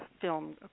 film